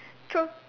true